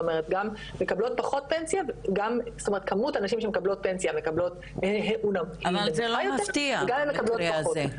זאת אומרת כמות הנשים שמקבלות פנסיה --- אבל זה לא מפתיע המקרה הזה.